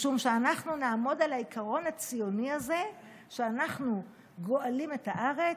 משום שאנחנו נעמוד על העיקרון הציוני הזה שאנחנו גואלים את הארץ,